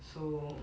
so